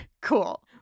Cool